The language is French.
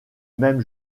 même